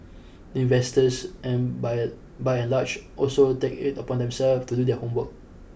investors and by and by and large also take it upon themselves to do their homework